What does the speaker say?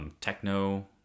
Techno